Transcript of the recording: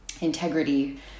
integrity